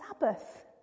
sabbath